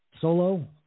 solo